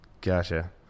Gotcha